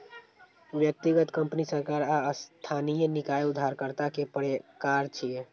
व्यक्तिगत, कंपनी, सरकार आ स्थानीय निकाय उधारकर्ता के प्रकार छियै